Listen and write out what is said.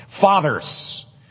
Fathers